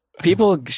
People